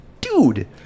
dude